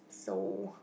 so